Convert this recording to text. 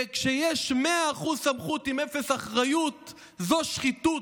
וכשיש 100% סמכות עם אפס אחריות זו שחיתות.